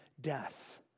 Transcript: death